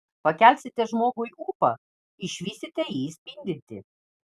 pakelsite žmogui ūpą išvysite jį spindintį